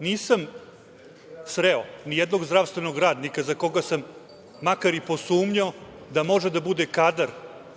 nisam sreo nijednog zdravstvenog radnika za koga sam makar i posumnjao da može da bude kadar